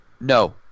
No